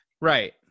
Right